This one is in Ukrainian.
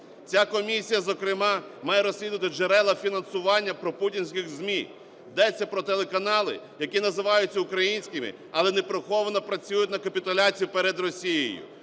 Ця комісія зокрема має розслідувати джерела фінансування пропутінських ЗМІ. Йдеться про телеканали, які називаються українськими, але не приховано працюють на капітуляцію перед Росією,